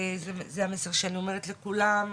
וזה המסר שאני אומרת לכולם.